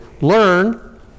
learn